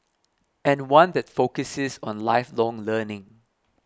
and one that focuses on lifelong learning